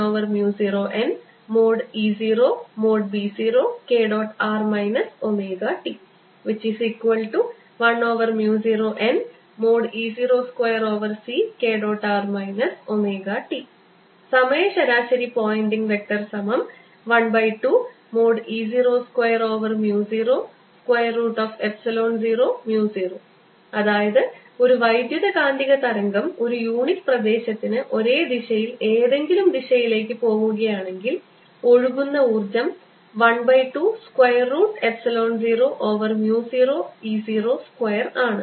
r ωt സമയ ശരാശരി Poynting വെക്റ്റർ12E02000 അതായത് ഒരു വൈദ്യുതകാന്തിക തരംഗം ഒരു യൂണിറ്റ് പ്രദേശത്തിന് ഒരേ ദിശയിൽ ഏതെങ്കിലും ദിശയിലേക്ക് പോകുകയാണെങ്കിൽ ഒഴുകുന്ന ഊർജ്ജം 1 by 2 square root epsilon 0 over mu 0 E 0 square ആണ്